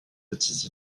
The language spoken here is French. petits